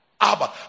Abba